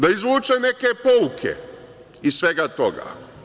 Da izvuče neke pouke iz svega toga.